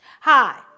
Hi